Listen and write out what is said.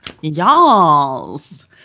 Y'alls